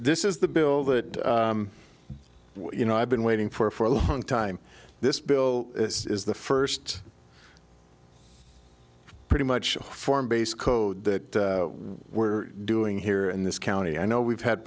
this is the bill that you know i've been waiting for for a long time this bill this is the first pretty much form based code that were doing here in this county i know we've had